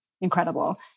incredible